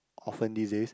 often these days